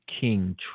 King